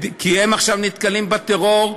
כי הם נתקלים עכשיו בטרור,